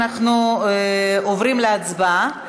אנחנו עוברים להצבעה,